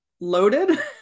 loaded